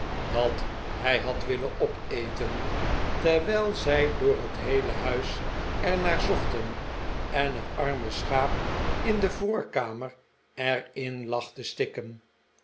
dat hij had willen opeten terwijl zij door het heele huis er naar zochten en het arme schaap in de voorkamer er in lag te stikken